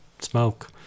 smoke